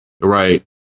Right